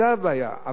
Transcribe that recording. אבל זה מצד אחד.